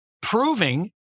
Proving